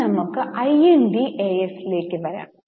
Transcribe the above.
ഇനി നമ്മുക് IND AS ലേക് വരാം